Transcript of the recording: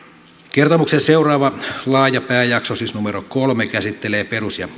kertomuksen seuraava laaja pääjakso siis numero kolme käsittelee perus ja